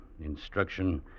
Instruction